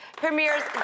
premieres